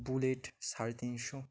bullet সাড়ে তিনশো